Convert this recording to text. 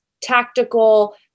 tactical